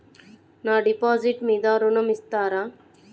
నా డిపాజిట్ మీద ఋణం ఇస్తారా?